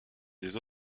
des